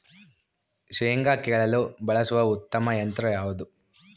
ಶೇಂಗಾ ಕೇಳಲು ಬಳಸುವ ಉತ್ತಮ ಯಂತ್ರ ಯಾವುದು?